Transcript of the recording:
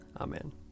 Amen